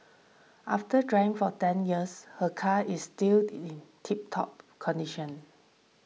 after driving for ten years her car is still in tiptop condition